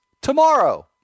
tomorrow